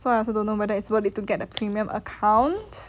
I also don't know whether it's worth it to get the premium account